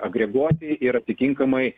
agreguoti ir atitinkamai